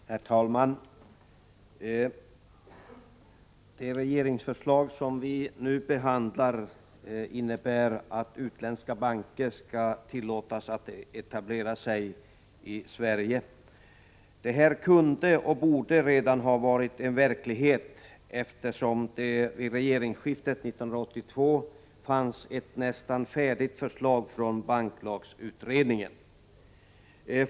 Herr talman! Det regeringsförslag som vi nu behandlar innebär att utländska banker skall tillåtas att etablera sig i Sverige. Detta kunde och borde redan ha varit en verklighet, eftersom det vid regeringsskiftet 1982 fanns ett nästan färdigt förslag från banklagsutredningen.